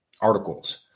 articles